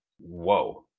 Whoa